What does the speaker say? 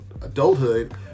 adulthood